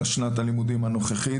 שנת הלימודים הנוכחית,